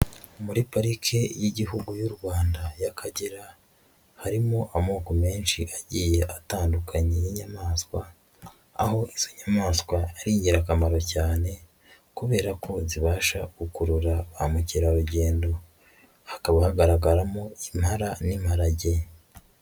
Muri Parike y'Igihugu y'u Rwanda y'Akagera, harimo amoko menshi agiye atandukanye y'inyamaswa, aho izo nyamaswa ari ingirakamaro cyane kubera ko zibasha gukurura ba mukerarugendo, hakaba hagaragaramo impara n'imparage.